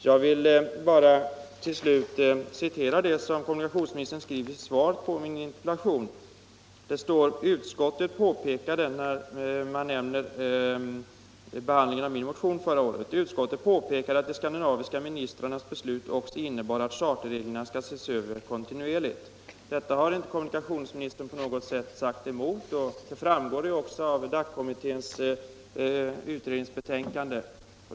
Jag vill till slut bara citera det som kommunikationsministern skriver i sitt svar på min interpellation, där behandlingen av min motion förra året nämns: ”Utskottet påpekade att de skandinaviska ministrarnas beslut också innebar att charterreglerna skall ses över kontinuerligt.” Detta har kommunikationsministern inte emotsagt, och nu framgår det också av DAC-kommitténs utredningsbetänkande.